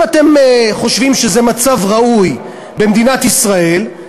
אם אתם חושבים שזה מצב ראוי במדינת ישראל,